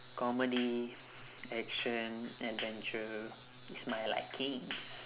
comedies action adventure is my likings